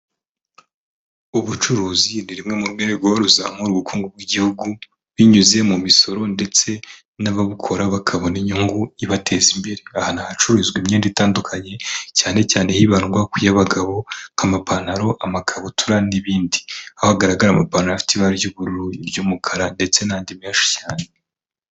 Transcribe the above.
Ubucuruzi ni rumwe mu rwego ruzamura ubukungu bw'Igihugu binyuze mu misoro ndetse n'ababukora bakabona inyungu ibateza imbere. Aha ni ahacururizwa imyenda itandukanye cyane cyane hibandwa ku y'abagabo nk'amapantaro, amakabutura, n'ibindi. Aho hagaragara amapantaro afite ibara ry'ubururu, iry'umukara, ndetse n'andi menshi cyane.